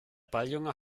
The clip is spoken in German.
balljunge